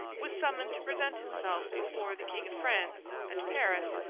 was summoned to present himself before the king of france, at paris,